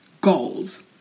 goals